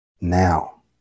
Now